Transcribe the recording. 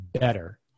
better